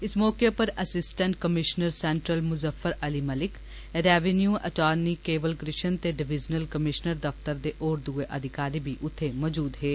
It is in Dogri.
इस मौके उप्पर assistant commissioner central Muzaffar Ali Malik revenue attorney Kewal Krishan ते डिविजनल कमीश्नर दफतर दे होर दुए अधिकारी बी उत्थे मौजूद हे